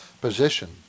position